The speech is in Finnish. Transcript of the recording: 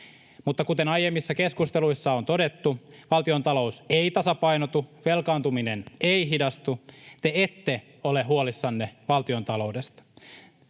Mutta kuten aiemmissa keskusteluissa on todettu, valtiontalous ei tasapainotu, velkaantuminen ei hidastu. Te ette ole huolissanne valtiontaloudesta.